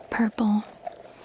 purple